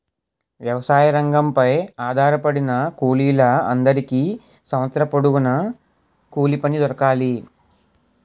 వ్యవసాయ రంగంపై ఆధారపడిన కూలీల అందరికీ సంవత్సరం పొడుగున కూలిపని దొరకాలి